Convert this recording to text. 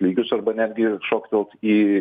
lygius arba netgi šoktelt į